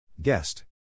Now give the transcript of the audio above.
Guest